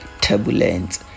turbulent